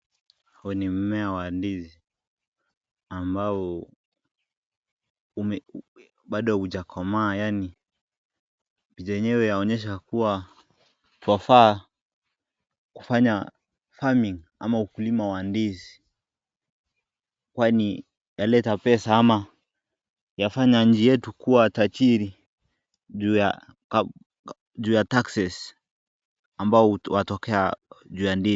Huu ni mmea wa ndizi ambao bado haujakomaa yaani yenyewe yaonyesha kuwa twafaa kufanya farming ama ukulima wa ndizi. Kwani yataleta pesa ama yafanya nchi yetu kuwa tajiri juu ya juu ya taxes ambao watokea juu ya ndizi.